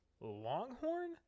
Longhorn